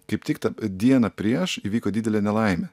kaip tik tą dieną prieš įvyko didelė nelaimė